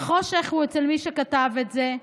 החושך הוא אצל מי שכתב את זה.